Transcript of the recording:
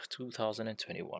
2021